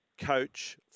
coach